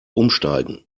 umsteigen